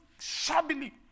shabbily